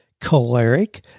choleric